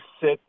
sit